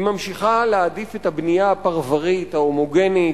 היא ממשיכה להעדיף את הבנייה הפרברית, ההומוגנית,